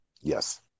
Yes